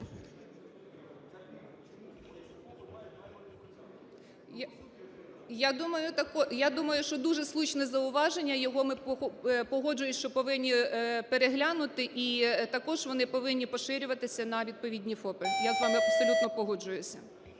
Я думаю, що дуже слушне зауваження, його ми, погоджуюсь, що повинні переглянути і також вони повинні поширюватись на відповідні ФОПи. Я з вами абсолютно погоджуюся.